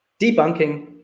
debunking